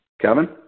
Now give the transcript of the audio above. Kevin